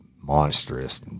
monstrous